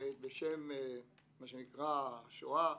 בשם שואה.